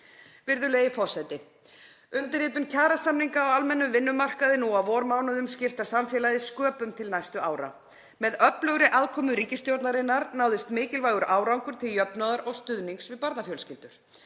Virðulegi forseti. Undirritun kjarasamninga á almennum vinnumarkaði nú á vormánuðum skiptir samfélagið sköpum til næstu ára. Með öflugri aðkomu ríkisstjórnarinnar náðist mikilvægur árangur til jöfnuðar og stuðnings við barnafjölskyldur.